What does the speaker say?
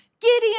Gideon